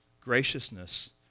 graciousness